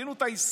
תבינו את העסקה.